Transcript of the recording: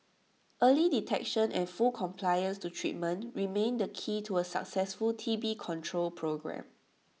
early detection and full compliance to treatment remain the key to A successful T B control programme